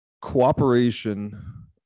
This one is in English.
cooperation